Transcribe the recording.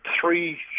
three